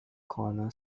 corner